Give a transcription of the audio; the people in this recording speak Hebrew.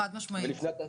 חד משמעית.